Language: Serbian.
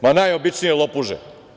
Ma, najobičnije lopuže.